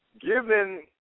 given